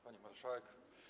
Pani Marszałek!